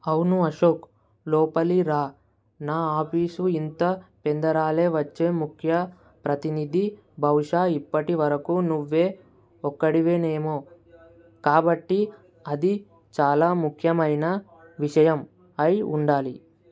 అవును అశోక్ లోపలికి రా నా ఆఫీసు ఇంత పెందరాలే వచ్చే ముఖ్య ప్రతినిధి బహుశా ఇప్పటివరకు నువ్వే ఒక్కడివేనేమో కాబట్టి అది చాలా ముఖ్యమైన విషయం అయ్యి ఉండాలి